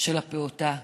של הפעוטה,